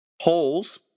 Holes